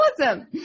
awesome